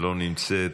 לא נמצאת,